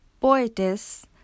poetess